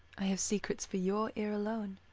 i have secrets for your ear alone.